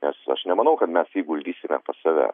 nes aš nemanau kad mes įguldysime pas save